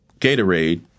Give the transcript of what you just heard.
Gatorade